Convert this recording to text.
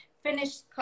Finished